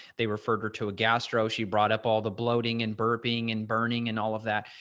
they referred her to a gastro, she brought up all the bloating and burping and burning and all of that.